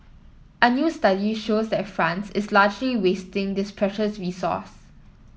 a new study shows that France is largely wasting this precious resource